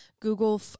Google